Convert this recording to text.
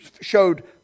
showed